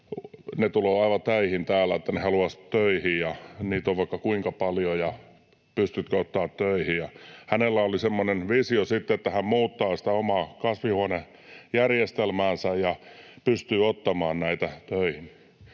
ne tuloo aivan täihin täällä, että he haluaisivat töihin ja heitä on vaikka kuinka paljon ja pystytkö ottamaan töihin, ja hänellä oli semmoinen visio sitten, että hän muuttaa sitä omaa kasvihuonejärjestelmäänsä ja pystyy ottamaan heitä töihin.